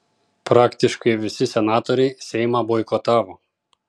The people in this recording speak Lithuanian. praktiškai visi senatoriai seimą boikotavo